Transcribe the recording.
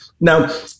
Now